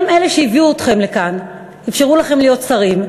הם אלה שהביאו אתכם לכאן, אפשרו לכם להיות שרים,